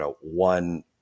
one